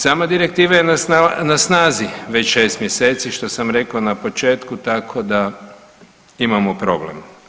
Sama Direktiva je na snazi već 6 mjeseci što sam rekao na početku, tako da imamo problem.